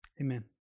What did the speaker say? Amen